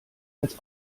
als